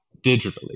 digitally